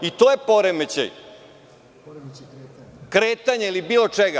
I to je poremećaj kretanja ili bilo čega.